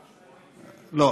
לא,